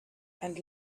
and